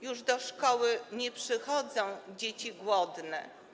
Już do szkoły nie przychodzą dzieci głodne.